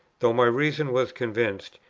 though my reason was convinced,